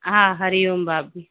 हा हरी ओम भाभी